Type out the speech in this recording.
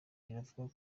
biravugwa